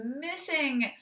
missing